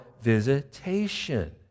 visitation